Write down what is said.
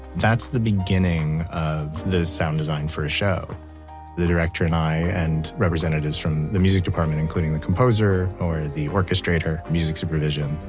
that's the beginning of the sound design for a show the director and i and representatives from the music department including the composer or the orchestrator, music supervision,